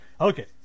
Okay